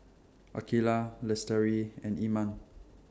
Aqilah Lestari and Iman